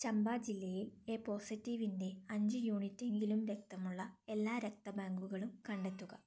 ചമ്പ ജില്ലയിൽ എ പോസിറ്റീവിൻ്റെ അഞ്ച് യൂണിറ്റ് എങ്കിലും രക്തമുള്ള എല്ലാ രക്തബാങ്കുകളും കണ്ടെത്തുക